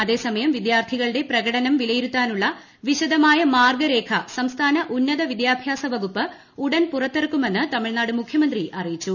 അതേസമയം വിദ്യാർത്ഥികളുടെ പ്രകടനം വിലയിരുത്താനുള്ള വിശദമായ മാർഗരേഖ സംസ്ഥാന ഉന്നത വിദ്യാഭ്യാസ വകുപ്പ് ഉടൻ പുറത്തിറക്കുമെന്ന് തമിഴ്നാട് മുഖ്യമന്ത്രി അറിയിച്ചു